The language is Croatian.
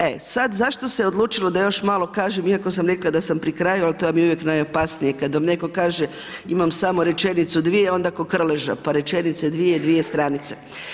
E sada zašto se odlučilo da još malo kažem iako sam rekla da sam pri kraju, ali to vam je uvijek najopasnije kada vam netko kaže imam samo rečenicu, dvije onda ko Krleža pa rečenicu dvije, dvije stranice.